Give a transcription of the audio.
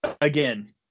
again